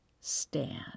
stand